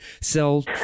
sell